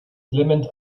element